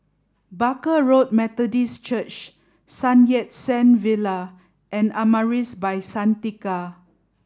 Barker Road Methodist Church Sun Yat Sen Villa and Amaris by Santika